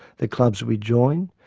the clubs we join,